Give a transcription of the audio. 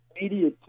media